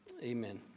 Amen